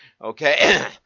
okay